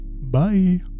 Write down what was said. Bye